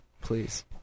Please